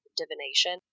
divination